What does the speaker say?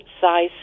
size